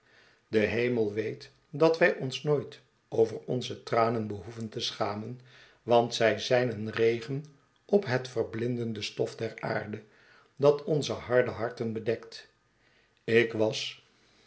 de hemel weet dat wij ons nooit over onze tranen behoeven te schamen want zij zijn een regen op het verblindende stof der aarde dat onze harde harten bedekt ik was